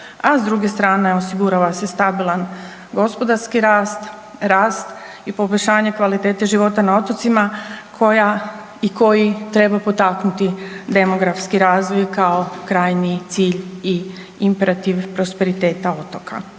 a s druge strane osigurava se stabilan gospodarski rast, rast i poboljšanje kvalitete života na otocima koja i koji treba potaknuti demografski razvoj kao krajnji cilj i imperativ prosperiteta otoka.